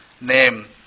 name